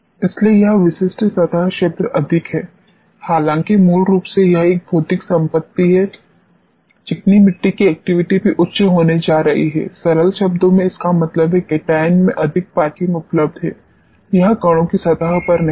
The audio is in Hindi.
इसलिए यह विशिष्ट सतह क्षेत्र अधिक है हालांकि मूल रूप से यह एक भौतिक संपत्ति है चिकनी मिट्टी की एक्टिविटी भी उच्च होने जा रही है सरल शब्दों में इसका मतलब है केटायन में अधिक पार्किंग उपलब्ध है यह कणों की सतह पर नहीं है